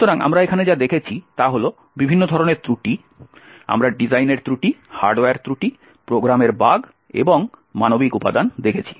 সুতরাং আমরা এখানে যা দেখেছি তা হল বিভিন্ন ধরণের ত্রুটি আমরা ডিজাইনের ত্রুটি হার্ডওয়্যার ত্রুটি প্রোগ্রামের বাগ এবং মানবিক উপাদান দেখেছি